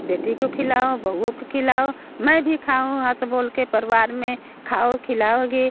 बेटी को खिलाऊँ बहुओं को खिलाऊँ मैं भी खाऊँ हँस बोल के परिवार में खाऊँ खिलाऊँगी